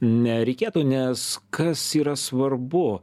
nereikėtų nes kas yra svarbu